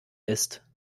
ist